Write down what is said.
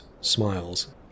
smiles